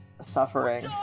suffering